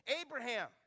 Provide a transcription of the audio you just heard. Abraham